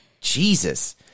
Jesus